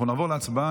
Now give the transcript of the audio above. הצבעה.